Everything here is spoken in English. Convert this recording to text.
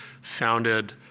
founded